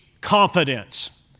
confidence